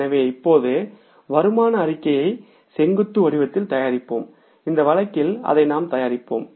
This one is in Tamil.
எனவே இப்போது வருமான அறிக்கையை செங்குத்து வடிவத்தில் தயாரிப்போம் இந்த வழக்கில் அதை நாம் தயாரிப்போம்